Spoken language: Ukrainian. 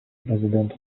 президент